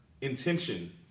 intention